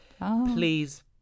Please